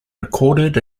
recorded